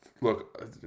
Look